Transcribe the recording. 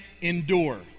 endure